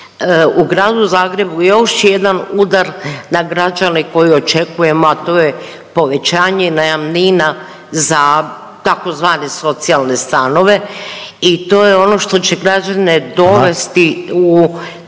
U Gradu Zagrebu još jedan udar na građane koji očekujemo, a to je povećanje najamnina za tzv. socijalne stanove i to je ono što će građane dovesti u